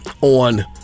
On